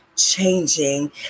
changing